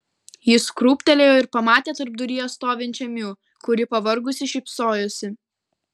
jis krūptelėjo ir pamatė tarpduryje stovinčią miu kuri pavargusi šypsojosi